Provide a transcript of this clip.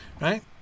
right